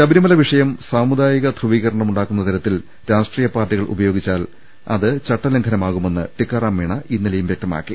ശബരിമല വിഷയം സാമുദായിക ധ്രുവീകരണ മുണ്ടാക്കുന്ന തരത്തിൽ രാഷ്ട്രീയ കക്ഷികൾ ഉപയോഗിച്ചാൽ അത് ചട്ടലംഘനമാകുമെന്ന് ടിക്കാ റാം മീണ ഇന്നലെയും വ്യക്തമാക്കി